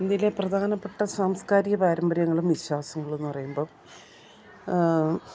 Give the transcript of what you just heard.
ഇന്ത്യയിലെ പ്രധാനപ്പെട്ട സാംസ്കാരിക പാരമ്പര്യങ്ങളും വിശ്വാസങ്ങളെന്നു പറയുമ്പം